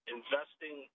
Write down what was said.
investing